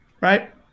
Right